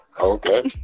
Okay